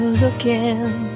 looking